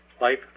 life